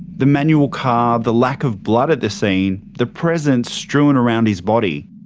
the manual car, the lack of blood at the scene, the presents strewn around his body,